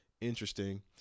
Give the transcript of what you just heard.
interesting